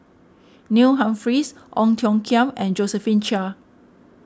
Neil Humphreys Ong Tiong Khiam and Josephine Chia